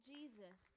Jesus